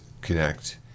connect